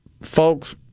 folks